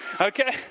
okay